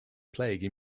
plague